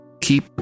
keep